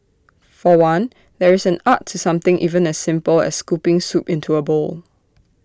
for one there is an art to something even as simple as scooping soup into A bowl